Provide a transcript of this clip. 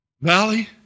Valley